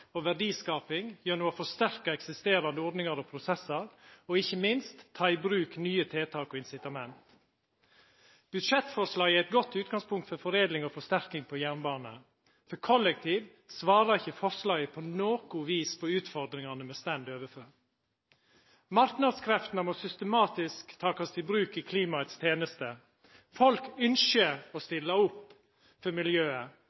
og verdiskaping gjennom å forsterka eksisterande ordningar og prosessar og ikkje minst gjennom å ta i bruk nye tiltak og incitament. Budsjettforslaget er eit godt utgangspunkt for foredling og forsterking av jernbanen. For kollektiv svarar ikkje forslaget på noko vis på utfordringane me står overfor. Marknadskreftene må systematisk takast i bruk i klimaets teneste. Folk ynskjer å stilla opp for miljøet.